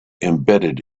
embedded